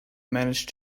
manage